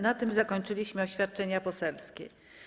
Na tym zakończyliśmy oświadczenia poselskie.